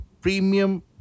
premium